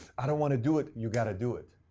i don't want to do it. you've got to do it.